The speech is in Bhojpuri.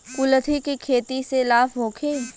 कुलथी के खेती से लाभ होखे?